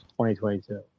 2022